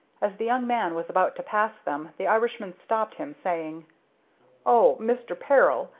as the young man was about to pass them the irishman stopped him, saying oh, mister peril,